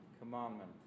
commandment